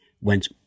went